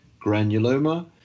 granuloma